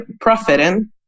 profiting